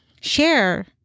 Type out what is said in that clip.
share